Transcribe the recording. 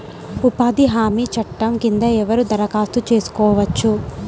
ఉపాధి హామీ చట్టం కింద ఎవరు దరఖాస్తు చేసుకోవచ్చు?